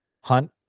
hunt